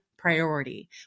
priority